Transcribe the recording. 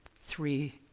three